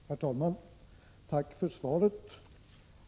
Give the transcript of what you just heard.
Herr talman! Tack för svaret!